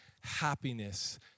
happiness